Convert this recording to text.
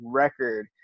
record